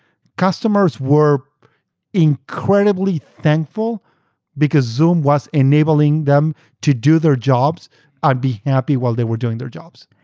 customers were incredibly thankful because zoom was enabling them to do their jobs and be happy while they were doing their jobs.